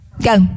Go